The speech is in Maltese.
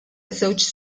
żewġ